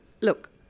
Look